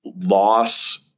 loss